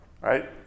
right